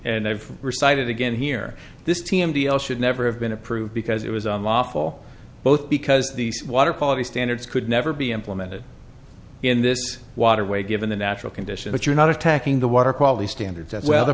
and i've recited again here this t m deal should never have been approved because it was unlawful both because these water quality standards could never be implemented in this waterway given the natural condition that you're not attacking the water quality standards as well the